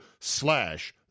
slash